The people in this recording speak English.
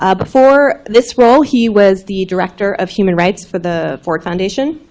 ah before this role, he was the director of human rights for the ford foundation,